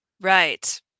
Right